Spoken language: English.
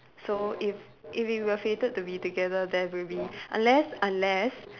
so if if we were fated to be together there will be unless unless